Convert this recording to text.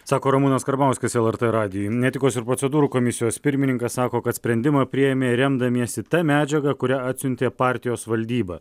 sako ramūnas karbauskis lrt radijui etikos ir procedūrų komisijos pirmininkas sako kad sprendimą priėmė remdamiesi ta medžiaga kurią atsiuntė partijos valdyba